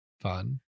fun